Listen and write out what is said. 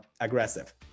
aggressive